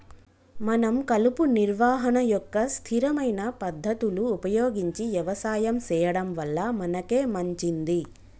మనం కలుపు నిర్వహణ యొక్క స్థిరమైన పద్ధతులు ఉపయోగించి యవసాయం సెయ్యడం వల్ల మనకే మంచింది